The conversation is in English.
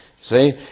See